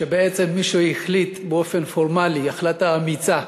שבעצם מי שהחליט באופן פורמלי החלטה אמיצה,